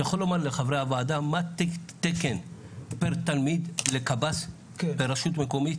אתה יכול לומר לחברי הוועדה מה התקן 'פר' תלמיד לקב"ס ברשות מקומית?